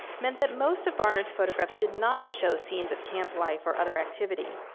meant that most of barnard's photographs did not show scenes of camp life or other activity.